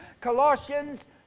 Colossians